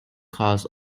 cause